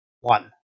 one